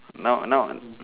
now now